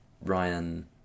Ryan